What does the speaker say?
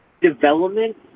development